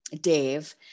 Dave